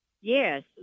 Yes